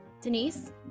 Denise